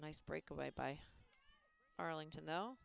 nice break away by arlington